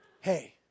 Hey